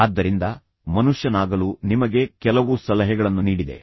ಆದ್ದರಿಂದ ಮನುಷ್ಯನಾಗಲು ನಿಮಗೆ ಕೆಲವು ಸಲಹೆಗಳನ್ನು ನೀಡಿದೆ